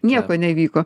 nieko nevyko